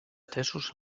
atesos